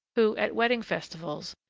who, at wedding-festivals,